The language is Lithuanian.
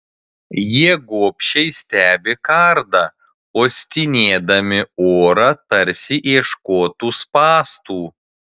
jie gobšiai stebi kardą uostinėdami orą tarsi ieškotų spąstų